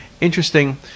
Interesting